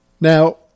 Now